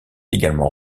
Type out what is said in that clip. également